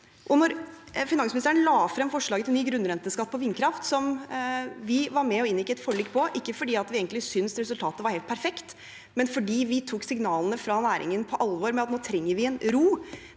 Da finansministeren la frem forslaget til ny grunnrenteskatt på vindkraft, var vi med på og inngikk et forlik, ikke fordi vi syntes resultatet var helt perfekt, men fordi vi tok signalene fra næringen om at de trengte ro,